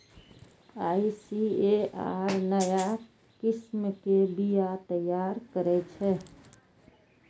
ICAR नया किस्म के बीया तैयार करै छै